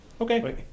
Okay